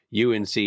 UNC